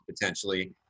potentially